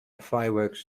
fireworks